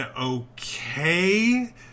okay